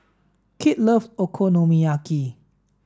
Kit love Okonomiyaki